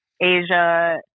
Asia